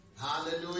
hallelujah